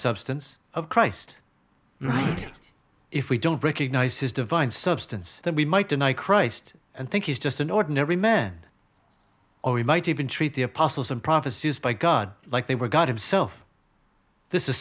substance of christ if we don't recognize his divine substance that we might deny christ and think he's just an ordinary man or we might even treat the apostles and prophets used by god like they were god himself this is